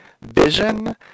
Vision